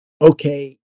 okay